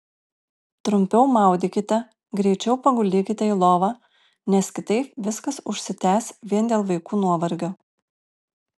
trumpiau maudykite greičiau paguldykite į lovą nes kitaip viskas užsitęs vien dėl vaikų nuovargio